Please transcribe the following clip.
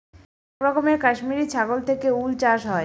এক রকমের কাশ্মিরী ছাগল থেকে উল চাষ হয়